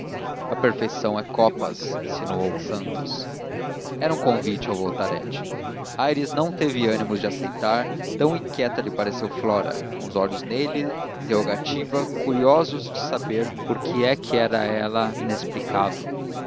a perfeição é copas insinuou santos era um convite ao voltarete aires não teve ânimo de aceitar tão inquieta lhe pareceu flora com os olhos nele interrogativos curiosos de saber por que é que